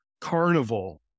carnival